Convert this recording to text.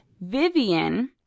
vivian